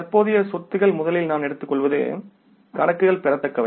தற்போதைய சொத்துக்கள் முதலில் நான் எடுத்துக்கொள்வது கணக்குகள் பெறத்தக்கவை